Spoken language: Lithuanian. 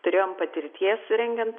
turėjome patirties rengiant